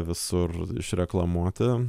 visur išreklamuoti